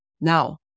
Now